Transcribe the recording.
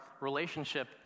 relationship